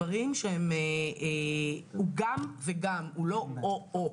גם וגם, הוא לא או-או.